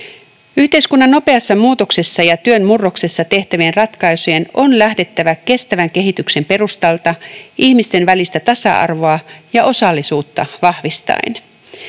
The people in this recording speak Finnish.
Yhteiskunnan nopeassa muutoksessa ja työn murroksessa tehtävien ratkaisujen on lähdettävä kestävän kehityksen perustalta, ihmisten välistä tasa-arvoa ja osallisuutta vahvistaen.